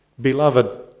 Beloved